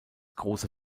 große